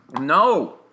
No